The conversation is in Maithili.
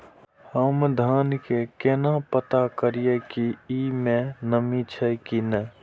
हम धान के केना पता करिए की ई में नमी छे की ने?